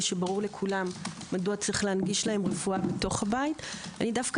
שברור לכולם מדוע צריך להנגיש להם רפואה בתוך הבית דווקא